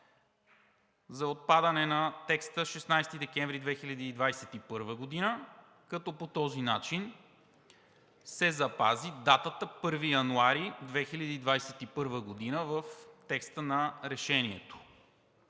за отпадане на текста „16 декември 2021 г.“, като по този начин се запази датата „1 януари 2021 г.“ в текста на Решението.